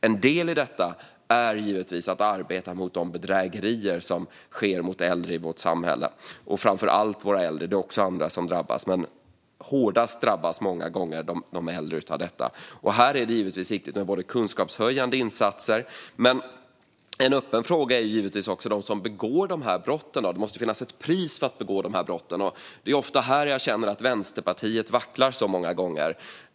En del i detta är givetvis att arbeta mot de bedrägerier som sker framför allt mot äldre i vårt samhälle. Även andra drabbas, men hårdast drabbas många gånger de äldre av detta. Här är det givetvis viktigt med kunskapshöjande insatser, men en öppen fråga rör också dem som begår dessa brott. Det måste finnas ett pris för att begå de här brotten, och det är många gånger här jag känner att Vänsterpartiet vacklar.